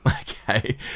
Okay